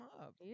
up